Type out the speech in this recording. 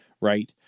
right